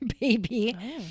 baby